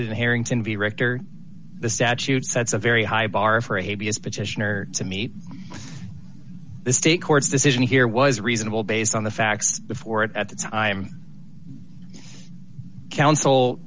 in harrington director the statute sets a very high bar for a b as petitioner to meet the state court's decision here was reasonable based on the facts before it at the time counsel